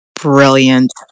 Brilliant